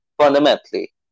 Fundamentally